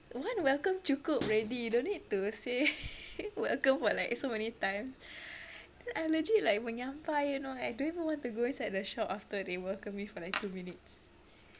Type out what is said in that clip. one welcome cukup already don't need to say welcome for so many times then I legit like menyampah you know I don't even want to go inside the shop after they welcome me for like two minutes